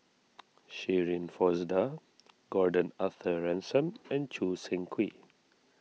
Shirin Fozdar Gordon Arthur Ransome and Choo Seng Quee